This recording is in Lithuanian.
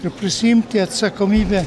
ir prisiimti atsakomybę